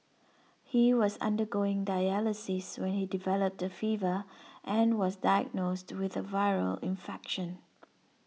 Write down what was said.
he was undergoing dialysis when he developed a fever and was diagnosed with a viral infection